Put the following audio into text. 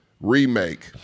Remake